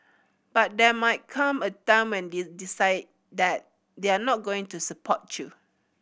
but there might come a time when they decide that they're not going to support you